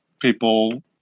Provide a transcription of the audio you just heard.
people